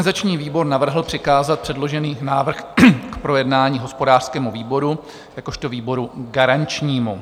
Organizační výbor navrhl přikázat předložený návrh k projednání hospodářskému výboru jakožto výboru garančnímu.